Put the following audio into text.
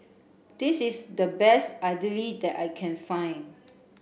this is the best idly that I can find